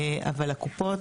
אבל הקופות,